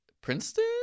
Princeton